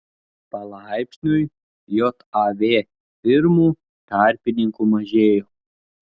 palaipsniui jav firmų tarpininkių mažėjo